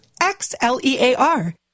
X-L-E-A-R